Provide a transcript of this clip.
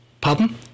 Pardon